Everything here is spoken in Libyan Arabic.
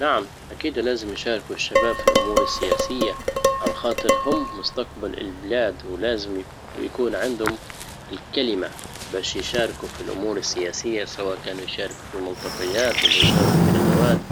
نعم اكيد لازم يشاركوا الشباب في الامور السياسية الخاطر هم مستقبل البلاد ولازم يكون عنـ- عندهم الكلمة باش يشاركوا في الامور السياسية سواء كانوا يشاركوا في المنطقيات والاشتراك في ندوات